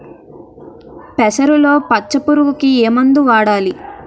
పెసరలో పచ్చ పురుగుకి ఏ మందు వాడాలి?